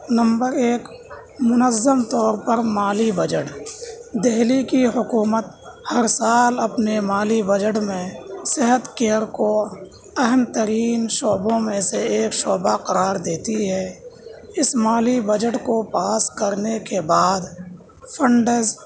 number ایک منظم طور پر مالی بجٹ دہلی کی حکومت ہر سال اپنے مالی بجٹ میں صحت کیئر کو اہم ترین شعبوں میں سے ایک شعبہ قرار دیتی ہے اس مالی بجٹ کو پاس کرنے کے بعد فنڈز